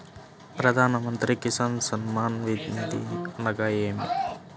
ప్రధాన మంత్రి కిసాన్ సన్మాన్ నిధి అనగా ఏమి?